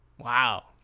wow